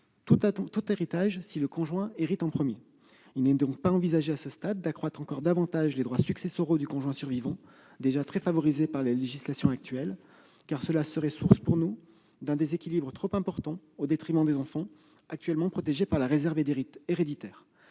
tout héritage si le conjoint hérite en premier. Il n'est donc pas envisagé à ce stade d'accroître encore davantage les droits successoraux du conjoint survivant, déjà très favorisé par la législation actuelle. Cela serait source d'un déséquilibre trop important au détriment des enfants, actuellement protégés par la réserve héréditaire.